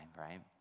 right